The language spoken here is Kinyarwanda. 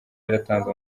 yaratanze